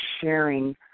sharing